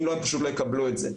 אם לא הם פשוט לא יקבלו את זה,